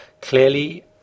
clearly